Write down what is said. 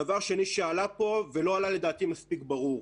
דבר שני שעלה פה ולא עלה, לדעתי, מספיק ברור,